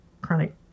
chronic